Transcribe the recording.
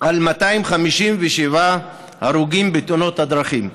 על 257 הרוגים בתאונות הדרכים.